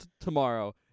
tomorrow